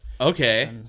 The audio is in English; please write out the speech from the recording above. Okay